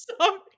sorry